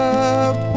up